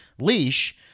leash